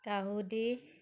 কাহুদি